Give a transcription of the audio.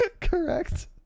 Correct